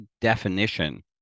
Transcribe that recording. definition